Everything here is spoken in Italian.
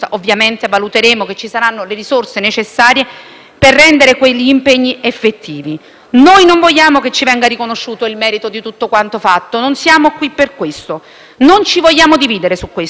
per rendere quegli impegni effettivi. Noi non vogliamo che ci venga riconosciuto il merito di tutto quanto fatto, non siamo qui per questo. Non ci vogliamo dividere su questo. Vi chiediamo però una cosa: proseguite sulla strada